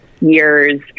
years